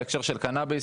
בהקשר של קנביס,